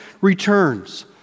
returns